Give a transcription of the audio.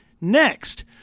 Next